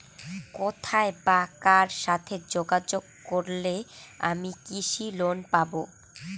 কোথায় বা কার সাথে যোগাযোগ করলে আমি কৃষি লোন পাব?